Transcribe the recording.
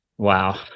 Wow